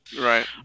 right